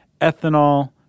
ethanol